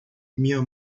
minha